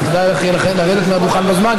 אז כדאי יהיה לך לרדת מהדוכן בזמן,